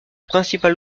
principal